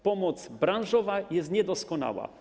Pomoc branżowa jest niedoskonała.